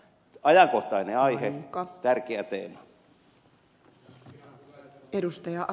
ajankohtainen aihe tärkeä teema